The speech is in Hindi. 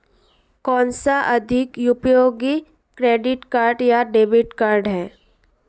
कौनसा अधिक उपयोगी क्रेडिट कार्ड या डेबिट कार्ड है?